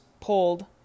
pulled